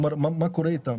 מה קורה איתם?